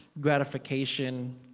gratification